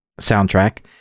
soundtrack